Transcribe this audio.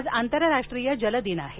आज आंतरराष्ट्रीय जलदिन आहे